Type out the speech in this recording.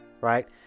Right